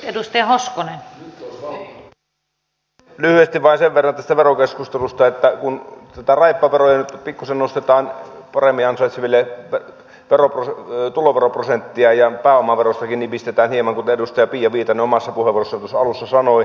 lyhyesti vain sen verran tästä verokeskustelusta että näitä raippaveroja nyt pikkuisen nostetaan paremmin ansaitseville tuloveroprosenttia ja pääomaverostakin nipistetään hieman kuten edustaja pia viitanen omassa puheenvuorossaan tuossa alussa sanoi